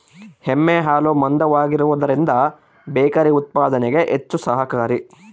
ಎಮ್ಮೆ ಹಾಲು ಮಂದವಾಗಿರುವದರಿಂದ ಬೇಕರಿ ಉತ್ಪಾದನೆಗೆ ಹೆಚ್ಚು ಸಹಕಾರಿ